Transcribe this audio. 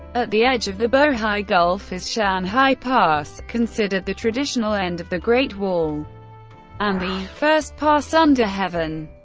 at the edge of the bohai gulf is shanhai pass, considered the traditional end of the great wall and the first pass under heaven.